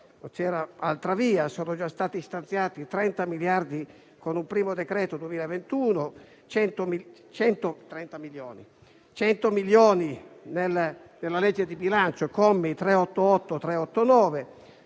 sono già stati stanziati 130 milioni con un primo decreto per il 2021; 100 milioni nella legge di bilancio (commi 398